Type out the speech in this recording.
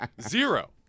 zero